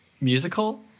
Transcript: musical